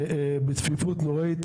בצפיפות נוראית,